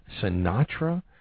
Sinatra